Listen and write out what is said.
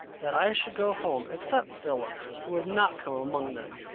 that i should go home except philip, who would not come among them.